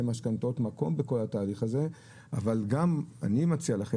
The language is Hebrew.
המשכנתאות מקום בכל התהליך הזה אבל גם אני מציע לכם,